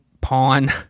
pawn